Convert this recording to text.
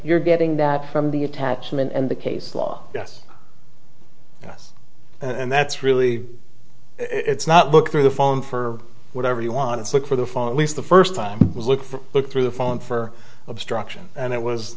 you're getting that from the attachment and the case law yes yes and that's really it's not booked through the phone for whatever you want it's like for the phone least the first time was look for look through the phone for obstruction and it was